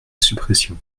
suppression